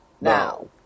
now